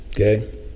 okay